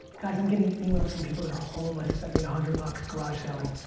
guys i'm getting emails from people that are homeless that made a hundred bucks garage sale-ing.